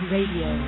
Radio